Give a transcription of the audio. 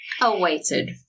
awaited